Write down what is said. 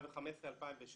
2015-2017